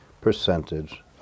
percentage